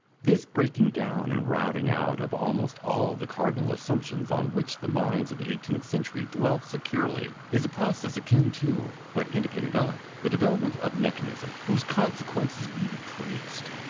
this breaking down and routing out of almost all the cardinal assumptions on which the minds of the eighteenth century dwelt securely, is a process akin to, but independent of, the development of mechanism, whose consequences we have traced.